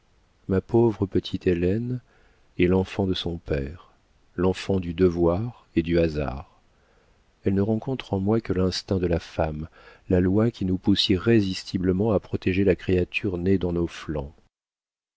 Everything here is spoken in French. ma pauvre petite hélène est l'enfant de son père l'enfant du devoir et du hasard elle ne rencontre en moi que l'instinct de la femme la loi qui nous pousse irrésistiblement à protéger la créature née dans nos flancs